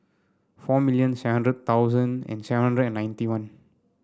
four million seven hundred thousand and seven hundred and ninety one